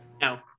No